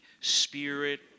Spirit